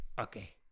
okay